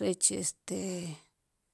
rech este.